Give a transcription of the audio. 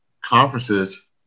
conferences